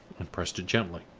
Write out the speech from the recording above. and pressed it gently.